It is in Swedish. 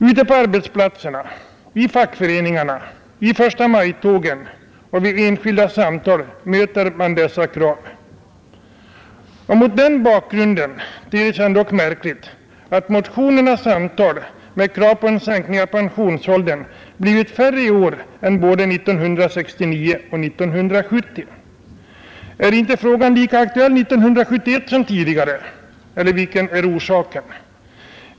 Ute på arbetsplatserna, i fackföreningarna, i förstamajtågen och i enskilda samtal möter man dessa krav om sänkt pensionsålder. Mot den bakgrunden ter det sig ändock märkligt att motionernas antal med krav på en sänkning av pensionsåldern blivit färre i år än både 1969 och 1970. Är inte frågan lika aktuell 1971 som tidigare eller vilken är orsaken?